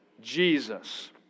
Jesus